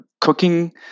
cooking